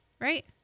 Right